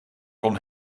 kon